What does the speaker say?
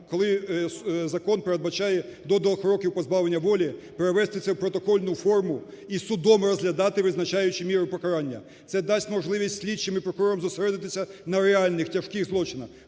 коли закон передбачає до 2 років позбавлення волі, перевести це в протокольну форму і судом розглядати визначаючу міру покарання. Це дасть можливість слідчим і прокурорам зосередитися на реальних тяжких злочинах.